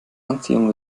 anziehung